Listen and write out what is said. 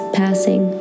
passing